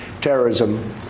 terrorism